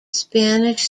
spanish